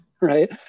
right